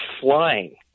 flying